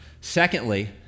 Secondly